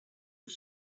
was